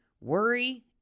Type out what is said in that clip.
worry